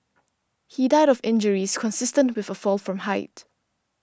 he died of injuries consistent with a fall from height